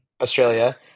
australia